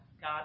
God